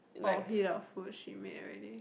or heat up food she made already